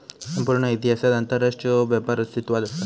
संपूर्ण इतिहासात आंतरराष्ट्रीय व्यापार अस्तित्वात असा